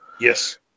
Yes